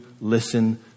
listen